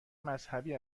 مذهبی